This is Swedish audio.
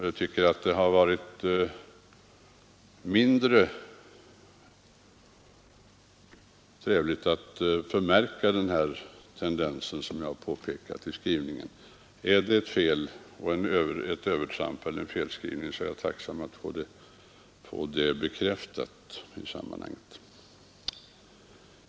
Jag tycker det har varit mindre trevligt att förmärka den här tendensen, såsom jag har påpekat, i skrivningen i propositionen. Är det ett övertramp? Eller är det en felskrivning — är jag tacksam för att få detta bekräftat i sammanhanget.